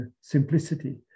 simplicity